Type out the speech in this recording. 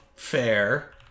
Fair